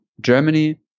Germany